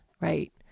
right